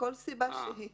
מכל סיבה שהיא.